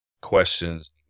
questions